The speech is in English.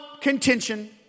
contention